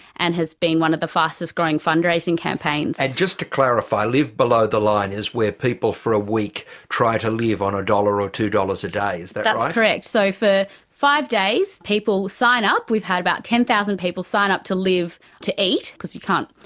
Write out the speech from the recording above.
and has been one of the fastest growing fund raising campaigns. and just to clarify, live below the line is where people for a week try to live on a dollar or two dollars a day. is that right? that's correct. so for five days people sign up. we've had about ten thousand people sign up to live to eat because you can't,